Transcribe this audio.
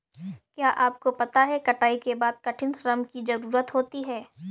क्या आपको पता है कटाई के बाद कठिन श्रम की ज़रूरत होती है?